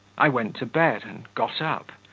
i went to bed, and got up,